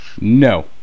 No